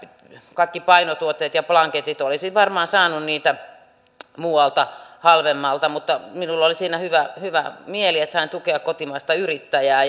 kaikki painotuotteet ja blanketit olisin varmaan saanut niitä muualta halvemmalla mutta minulla oli siitä hyvä mieli että sain tukea kotimaista yrittäjää